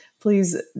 please